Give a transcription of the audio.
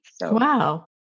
Wow